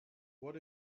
what